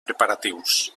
preparatius